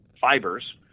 fibers